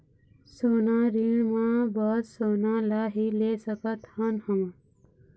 सोना ऋण मा बस सोना ला ही ले सकत हन हम?